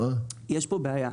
יש פה בעיה,